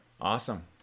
Awesome